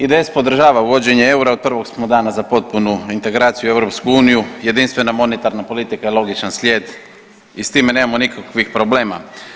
IDS podržava uvođenje eura, od prvog smo dana za potpunu integraciju i EU, jedinstvena monetarna politika je logičan slijed i s time nemamo nikakvih problema.